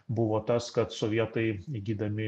buvo tas kad sovietai įgydami